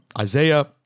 Isaiah